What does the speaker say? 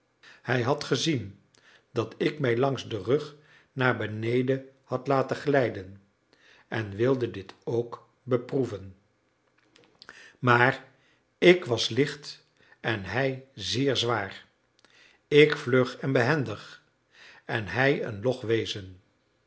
hij had gezien dat ik mij langs den rug naar beneden had laten glijden en wilde dit ook beproeven maar ik was licht en hij zeer zwaar ik vlug en behendig en hij een log wezen